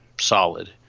solid